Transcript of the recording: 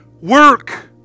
Work